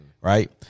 right